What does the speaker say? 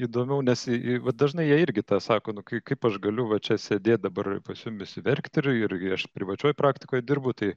įdomiau nes jei jei vat dažnai jie irgi tą sako nu kai kaip aš galiu va čia sėdėt dabar pas jumis verkti ir ir aš privačioj praktikoj dirbu tai